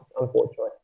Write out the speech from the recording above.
unfortunately